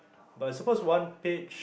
but I suppose one page